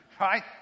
Right